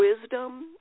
wisdom